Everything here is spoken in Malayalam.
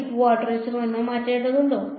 എനിക്ക് ക്വാഡ്രേച്ചർ നിയമം മാറ്റേണ്ടതുണ്ടോ